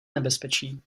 nebezpečí